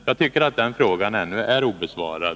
Jag tycker att den frågan ännu är obesvarad.